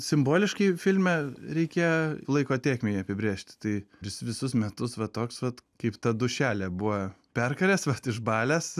simboliškai filme reikėjo laiko tėkmei apibrėžti tai vis visus metus va toks vat kaip ta dūšelė buvo perkaręs vat išbalęs